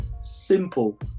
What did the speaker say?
simple